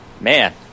Man